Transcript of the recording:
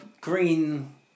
green